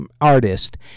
artist